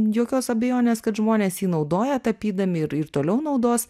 jokios abejonės kad žmonės jį naudoja tapydami ir ir toliau naudos